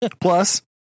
plus